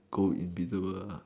go invisible ah